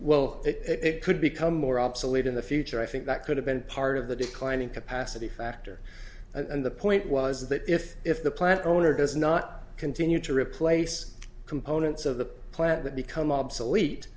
well it could become more obsolete in the future i think that could have been part of the declining capacity factor and the point was that if if the plant owner does not continue to replace components of the plant that become obsolete